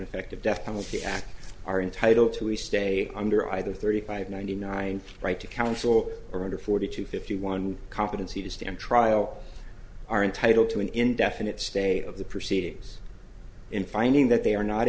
effective death penalty act are entitled to a stay under either thirty five ninety nine right to counsel or under forty to fifty one competency to stand trial are entitled to an indefinite stay of the proceedings in finding that they are not